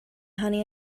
honey